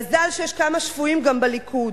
מזל שיש כמה שפויים גם בליכוד.